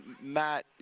Matt